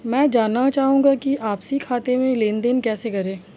मैं जानना चाहूँगा कि आपसी खाते में लेनदेन कैसे करें?